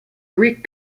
greek